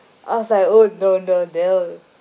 I was like oh no no no